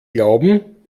glauben